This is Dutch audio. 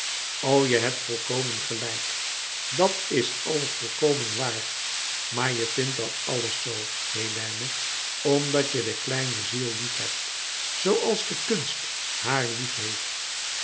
je hebt volkomen gelijk dat is alles volkomen waar maar je vindt dat alles zoo hélène omdat je de kleine ziel lief hebt zooals de kunst haar liefheeft